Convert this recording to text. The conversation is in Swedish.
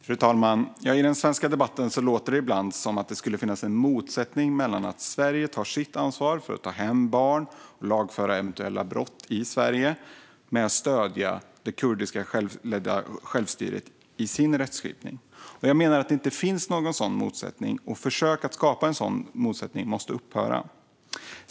Fru talman! I den svenska debatten låter det ibland som om det finns en motsättning mellan att Sverige tar sitt ansvar för att ta hem barnen och lagföra eventuella brott i Sverige och att Sverige stödjer det kurdiska självstyret i dess rättskipning. Jag menar att det inte finns någon sådan motsättning och att försök att skapa en sådan motsättning måste upphöra.